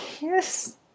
Yes